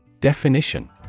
Definition